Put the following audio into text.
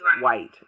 white